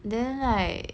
then like